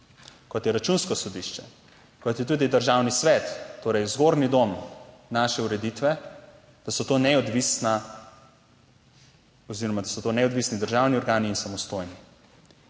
kot je Računsko sodišče, kot je tudi Državni svet, torej zgornji dom naše ureditve, da so to neodvisna oziroma da so to